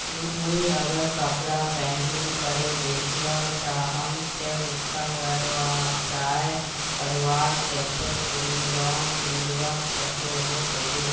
मुई अगर कपड़ा पेंटिंग करे बेचवा चाहम ते उडा व्यवसाय करवार केते कोई लोन मिलवा सकोहो होबे?